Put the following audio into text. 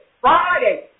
Friday